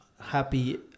happy